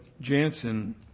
Jansen